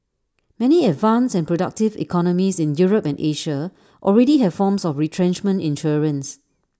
many advanced and productive economies in Europe and Asia already have forms of retrenchment insurance